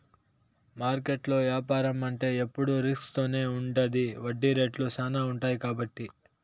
మార్కెట్లో యాపారం అంటే ఎప్పుడు రిస్క్ తోనే ఉంటది వడ్డీ రేట్లు శ్యానా ఉంటాయి కాబట్టి